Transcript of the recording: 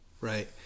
right